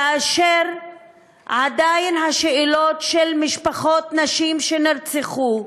כאשר השאלות של משפחות של נשים שנרצחו,